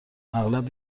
اغلب